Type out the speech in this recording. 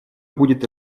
будет